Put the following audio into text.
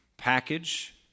package